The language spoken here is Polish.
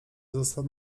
został